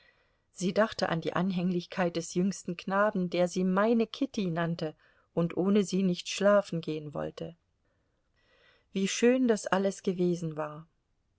sie dachte an die anhänglichkeit des jüngsten knaben der sie meine kitty nannte und ohne sie nicht schlafen gehen wollte wie schön das alles gewesen war